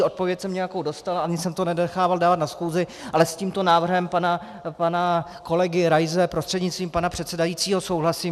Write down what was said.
Odpověď jsem nějakou dostal, ani jsem to nenechával dávat na schůzi, ale s tímto návrhem pana kolegy Raise prostřednictvím pana předsedajícího souhlasím.